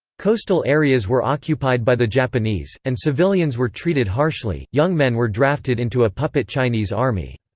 coastal areas were occupied by the japanese, and civilians were treated harshly young men were drafted into a puppet chinese army.